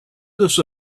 this